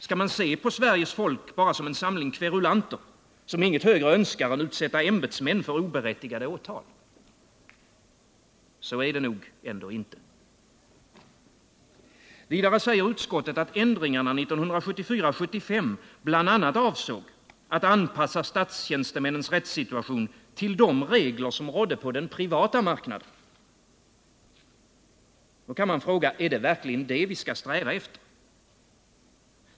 Skall man se på Sveriges folk bara som en samling kverulanter, som inget högre önskar än utsätta ämbetsmän för oberättigade åtal? Så är det nog ändå inte. Vidare säger utskottet att ändringarna 1974-1975 bl.a. avsåg att anpassa statstjänstemännens rättssituation till de regler som rådde på den privata marknaden. Då kan man fråga: Är det verkligen det vi skall sträva efter?